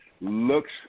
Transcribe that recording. looks